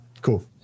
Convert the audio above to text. Cool